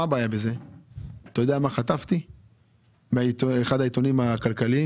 אתה יודע מה חטפתי מאחד העיתונים הכלכליים?